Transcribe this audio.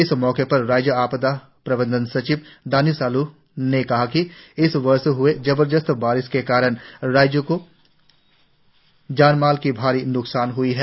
इस मौके पर राज्य आपदा प्रबंधन सचिव दानी सालू ने कहा कि इस वर्ष ह्ई जबरदस्त बारिश के कारण राज्य को जान माल की भारी न्कसान हुआ है